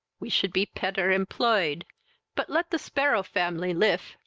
we should be petter employed but let the sparrow-family lif,